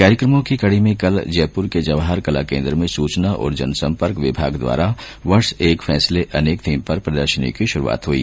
कार्यकमों की कडी में कल जयपुर के जवाहर कला केन्द्र में सूचना और जनसम्पर्क विभाग द्वारा वर्ष एक फैसले अनेक थीम पर प्रदर्शनी की शुरुआत हुई